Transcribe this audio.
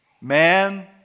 man